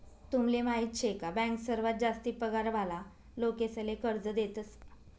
तुमले माहीत शे का बँक सर्वात जास्ती पगार वाला लोकेसले कर्ज देतस